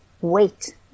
wait